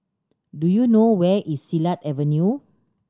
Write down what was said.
do you know where is Silat Avenue